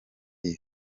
iyi